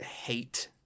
hate